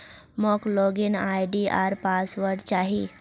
मोक log in ID आर password चाहि